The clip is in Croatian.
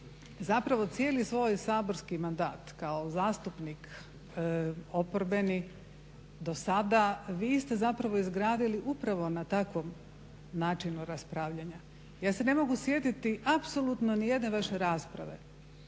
zapravo cijeli svoj saborski mandat kao zastupnik oporbeni do sada vi ste zapravo izgradili upravo na takvom načinu raspravljanja. Ja se ne mogu sjetiti apsolutno nijedne vaše rasprave